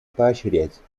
поощрять